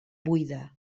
buida